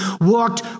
walked